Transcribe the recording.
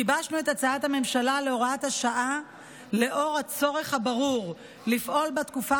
גיבשנו את הצעת הממשלה להוראת השעה לאור הצורך הברור לפעול בתקופה